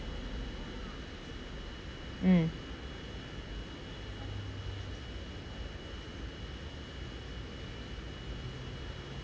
mm